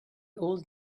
old